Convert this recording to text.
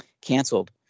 canceled